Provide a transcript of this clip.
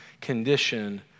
condition